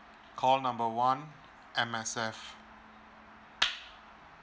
call number one M_S_F